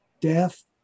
death